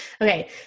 Okay